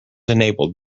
enabled